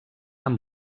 amb